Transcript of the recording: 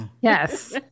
yes